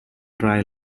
dry